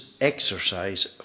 exercise